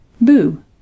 Boo